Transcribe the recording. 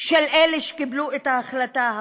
של אלה שקיבלו את ההחלטה הפוליטית.